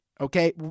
Okay